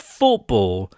football